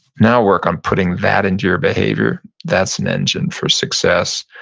now work on putting that into your behavior. that's an engine for success,